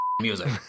music